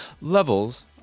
Levels